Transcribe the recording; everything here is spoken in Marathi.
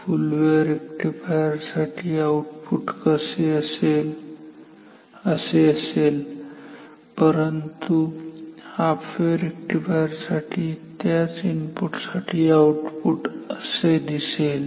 फुल वेव्ह रेक्टिफायर साठी आउटपुट असे असेल परंतु हाफ वेव्ह रेक्टिफायर साठी त्याच इनपुट साठी आउटपुट असे दिसेल